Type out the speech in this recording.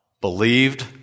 Believed